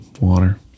water